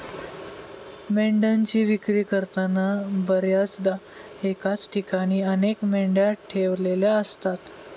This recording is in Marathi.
मेंढ्यांची विक्री करताना बर्याचदा एकाच ठिकाणी अनेक मेंढ्या ठेवलेल्या असतात